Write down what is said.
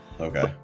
okay